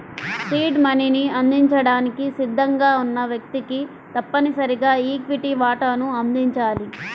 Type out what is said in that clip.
seed మనీని అందించడానికి సిద్ధంగా ఉన్న వ్యక్తికి తప్పనిసరిగా ఈక్విటీ వాటాను అందించాలి